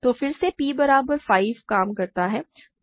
तो फिर से p बराबर 5 काम करता है